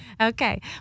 Okay